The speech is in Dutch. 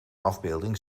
afbeelding